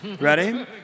Ready